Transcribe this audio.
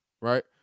right